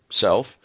self